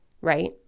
right